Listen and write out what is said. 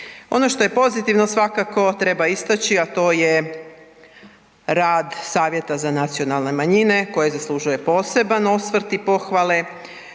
Ono što je pozitivno, svakako treba istaći, a to je rad Savjeta za nacionalne manjine koji zaslužuje poseban osvrt i pohvale